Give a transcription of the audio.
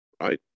right